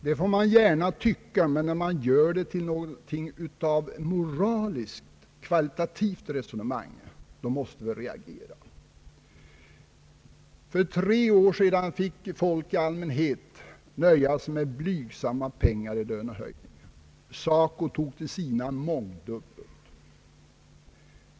Det får man gärna tycka, men när man gör det till något av ett moraliskt kvalitativt resonemang måste vi reagera. För tre år sedan fick folk i allmänhet nöja sig med blygsamma lönehöjningar. SACO tog till sina mångdubbelt.